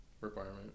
Requirement